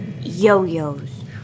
Yo-yos